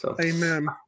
Amen